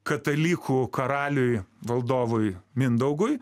katalikų karaliui valdovui mindaugui